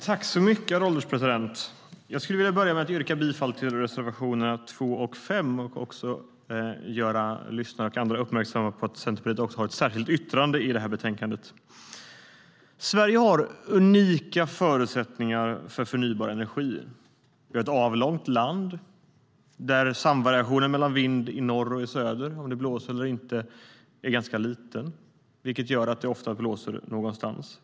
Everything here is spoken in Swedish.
Herr ålderspresident! Jag skulle vilja börja med att yrka bifall till reservationerna 2 och 5 och göra lyssnare och andra uppmärksamma på att Centerpartiet också har ett särskilt yttrande i det här betänkandet. Sverige har unika förutsättningar för förnybar energi. Det är ett avlångt land, där samvariationen när det gäller vind i norr och i söder, om det blåser eller inte, är ganska liten, vilket gör att det ofta blåser någonstans.